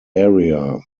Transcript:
area